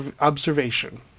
observation